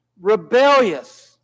rebellious